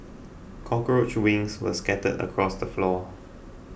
cockroach wings were scattered across the floor